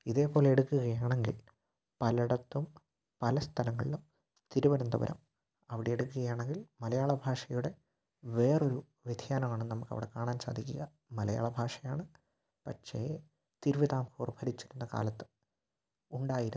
ഇതേപോലെ എടുക്കുകയാണെങ്കില് പലയിടത്തും പല സ്ഥലങ്ങളിലും തിരുവനന്തപുരം അവിടെ എടുക്കുകയാണെങ്കില് മലയാള ഭാഷയുടെ വേറൊരു വ്യതിയാനമാണ് നമുക്കവിടെ കാണാന് സാധിക്കുക മലയാള ഭാഷയാണ് പക്ഷെ തിരുവിതാംകൂര് ഭരിച്ചിരുന്ന കാലത്ത് ഉണ്ടായിരുന്ന